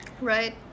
right